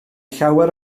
llawer